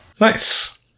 Nice